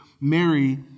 Mary